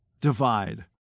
Divide